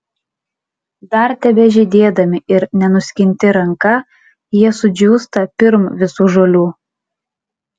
dar tebežydėdami ir nenuskinti ranka jie sudžiūsta pirm visų žolių